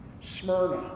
Smyrna